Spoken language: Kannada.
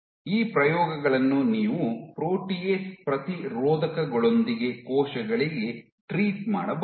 ಈ ಪ್ರಯೋಗಗಳನ್ನು ನೀವು ಪ್ರೋಟಿಯೇಸ್ ಪ್ರತಿರೋಧಕಗಳೊಂದಿಗೆ ಕೋಶಗಳಿಗೆ ಟ್ರೀಟ್ ಮಾಡಬಹುದು